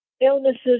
Illnesses